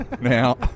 Now